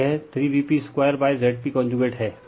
तो यह 3Vp2Zp conjugate है